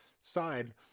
side